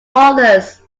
others